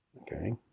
Okay